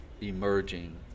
emerging